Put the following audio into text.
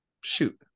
Shoot